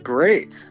Great